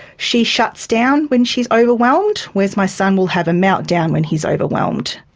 she shuts down when she is overwhelmed, whereas my son will have a meltdown when he is overwhelmed.